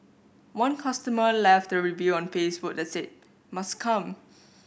one customer left a review on Facebook that said must come